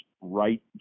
right